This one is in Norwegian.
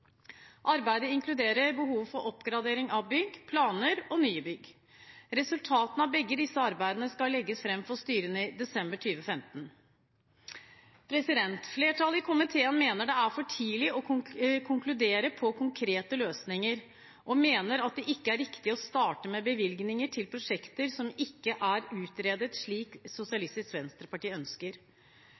Arbeidet inkluderer behovet for oppgradering av bygg og planer for nye bygg. Resultatene av begge disse arbeidene skal legges fram for styrene i desember 2015. Flertallet i komiteen mener det er for tidlig å konkludere på konkrete løsninger, og at det ikke er riktig å starte med bevilgninger til prosjekter som ikke er utredet, slik Sosialistisk Venstreparti ønsker.